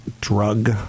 drug